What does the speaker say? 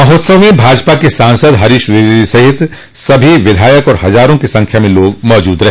महोत्सव में भाजपा के सांसद हरीश द्विवेदी सहित सभी विधायक और हजारों की संख्या में लोग मौजूद रहे